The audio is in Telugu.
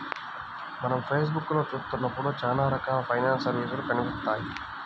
మనం ఫేస్ బుక్కులో చూత్తన్నప్పుడు చానా రకాల ఫైనాన్స్ సర్వీసులు కనిపిత్తాయి